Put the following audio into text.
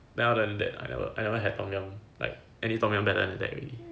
other than that I never had tom yum like any tom yum better than that already